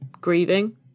grieving